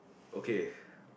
okay